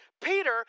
Peter